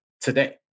today